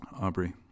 Aubrey